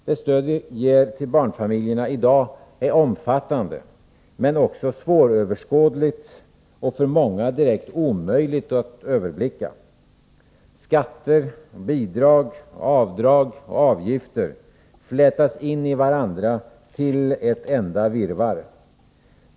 Det stöd vi i dag ger till barnfamiljerna är omfattande, men också svåröverskådligt och för många direkt omöjligt att överblicka. Skatter, bidrag, avdrag och avgifter flätas in i varandra till ett enda virrvarr.